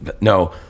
No